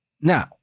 Now